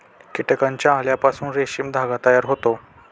कीटकांच्या अळ्यांपासून रेशीम धागा तयार होतो